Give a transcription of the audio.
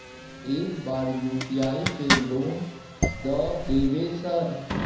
एक बार यु.पी.आई से लोन द देवे सर?